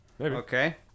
Okay